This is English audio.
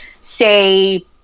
say